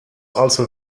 also